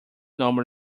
normal